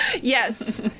Yes